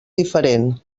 diferent